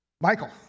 Michael